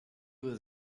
was